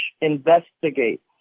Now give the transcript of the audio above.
investigate